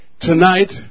Tonight